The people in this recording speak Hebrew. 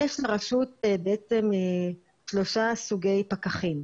יש לרשות בעצם שלושה סוגי פקחים.